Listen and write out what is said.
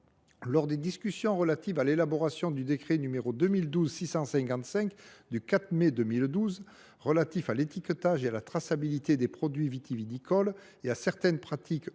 Lors des discussions relatives à l’élaboration du décret du 4 mai 2012 relatif à l’étiquetage et à la traçabilité des produits vitivinicoles et à certaines pratiques œnologiques,